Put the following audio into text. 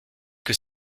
que